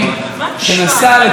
אבן שהושלכה,